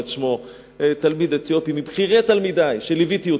תלמיד אתיופי, מבכירי תלמידי שליוויתי,